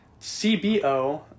CBO